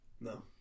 no